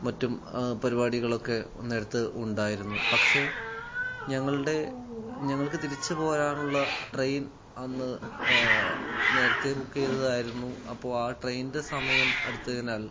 മറ്റും പരുപാടികളൊക്കെ അന്നേരത്തു ഉണ്ടായിരുന്നു പക്ഷെ ഞങ്ങളുടെ ഞങ്ങൾക്ക് തിരിച്ചു പോരാനുള്ള ട്രെയിൻ അന്ന് നേരത്തെ ബുക്ക് ചെയ്തതായിരുന്നു അപ്പോൾ ആ ട്രെയിനിൻ്റെ സമയം അടുത്തതിനാൽ